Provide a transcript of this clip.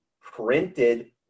printed